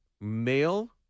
male